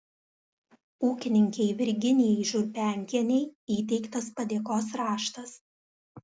ūkininkei virginijai žurbenkienei įteiktas padėkos raštas